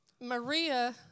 Maria